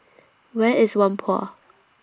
Where IS Whampoa